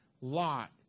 Lot